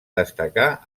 destacar